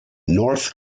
north